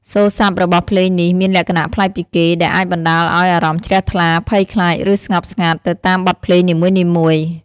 សូរ្យស័ព្ទរបស់ភ្លេងនេះមានលក្ខណៈប្លែកពីគេ ដែលអាចបណ្ដាលឱ្យអារម្មណ៍ជ្រះថ្លា ភ័យខ្លាច ឬស្ងប់ស្ងាត់ ទៅតាមបទភ្លេងនីមួយៗ។